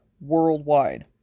worldwide